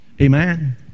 Amen